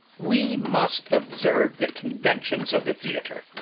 we must observe the conventions of the theatre.